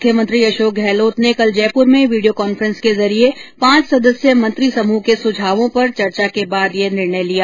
मुख्यमंत्री अशोक गहलोत ने कल जयपूर में वीडियो कॉन्फ्रेन्स के जरिये पांच सदस्य मंत्री समूह के सुझावों पर चर्चा के बाद ये निर्णय लिया